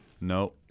no